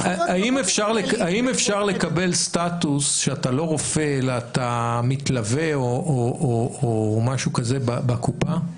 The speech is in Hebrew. האם אפשר לקבל סטטוס שאתה לא רופא אלא אתה מתלווה או משהו כזה בקופה?